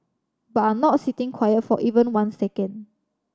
but are not sitting quiet for even one second